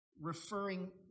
referring